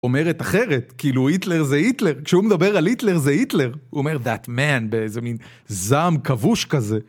אומרת אחרת, כאילו היטלר זה היטלר, כשהוא מדבר על היטלר זה היטלר. הוא אומר that man באיזה מין זעם כבוש כזה.